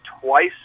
twice